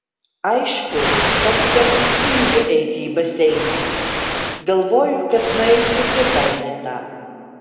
aišku pats kartais tingiu eiti į baseiną galvoju kad nueisiu kitą rytą